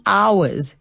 hours